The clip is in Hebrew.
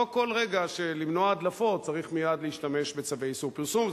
לא כל רגע כדי למנוע הדלפות צריך מייד להשתמש בצווי איסור פרסום.